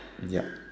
ya